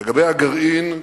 לגבי הגרעין,